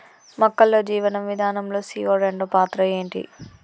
మొక్కల్లో జీవనం విధానం లో సీ.ఓ రెండు పాత్ర ఏంటి?